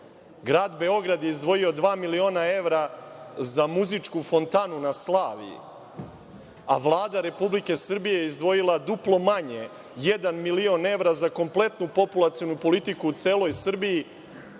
grad Beograd je izdvojio dva miliona evra za „muzičku fontanu“ na Slaviji, a Vlada Republike Srbije je izdvojila duplo manje, jedan milion evra za kompletnu populacionu politiku u celoj Srbiji,